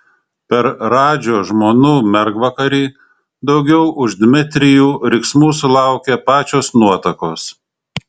per radžio žmonų mergvakarį daugiau už dmitrijų riksmų sulaukė pačios nuotakos